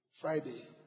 Friday